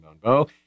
bow